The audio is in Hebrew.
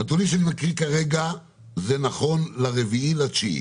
הנתונים שאני מקריא כרגע זה נכון ל-4.9.